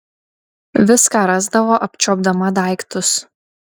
viską rasdavo apčiuopdama daiktus